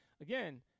Again